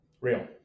real